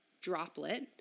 droplet